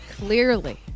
Clearly